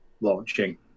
launching